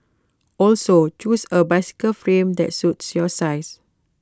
also choose A bicycle frame that suits your size